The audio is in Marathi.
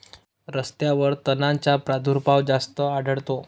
रस्त्यांवर तणांचा प्रादुर्भाव जास्त आढळतो